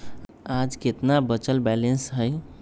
आज केतना बचल बैलेंस हई?